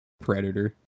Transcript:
predator